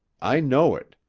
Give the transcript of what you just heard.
i know it.